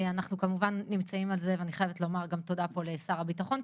אנחנו כמובן נמצאים על זה ואני חייבת לומר גם תודה פה לשר הביטחון,